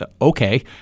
Okay